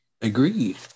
Agreed